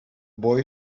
boy